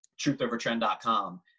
truthovertrend.com